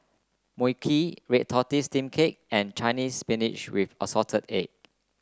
Mui Kee Red Tortoise Steamed Cake and Chinese Spinach with assorted egg